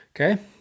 Okay